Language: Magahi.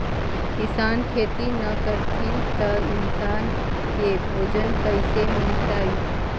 किसान खेती न करथिन त इन्सान के भोजन कइसे मिलतइ?